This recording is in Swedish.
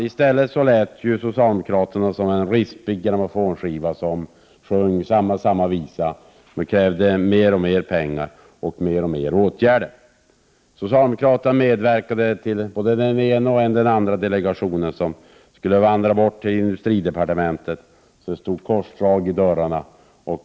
I stället lät socialdemokraterna som en raspig grammofonskiva, där samma visa sjöngs om och om igen. Man krävde alltmer pengar och allt fler åtgärder. Socialdemokraterna medverkade till att än den ena än den andra delegationen vandrade in och ut genom dörrarna på industridepartementet, så att det rent av blev korsdrag.